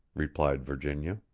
replied virginia.